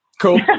Cool